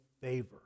favor